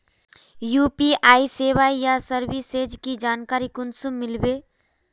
UPI सेवाएँ या services की जानकारी कुंसम मिलबे?